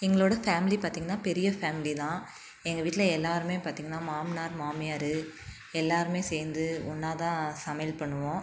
எங்களோடய ஃபேமிலி பார்த்திங்கனா பெரிய ஃபேமிலி தான் எங்கள் வீட்டில் எல்லோருமே பார்த்திங்கனா மாமனார் மாமியார் எல்லோருமே சேர்ந்து ஒன்றாதான் சமையல் பண்ணுவோம்